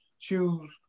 choose